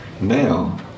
now